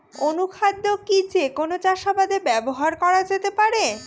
অনুখাদ্য কি যে কোন চাষাবাদে ব্যবহার করা যেতে পারে?